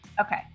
Okay